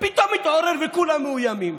ופתאום התעורר, וכולם מאוימים.